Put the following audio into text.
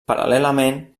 paral·lelament